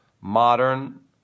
modern